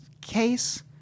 case